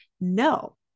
No